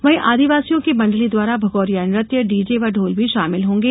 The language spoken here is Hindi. वहीं आदिवासियों की मंडली द्वारा भगौरिया नृत्य डीजे व ढोल भी शामिल होंगे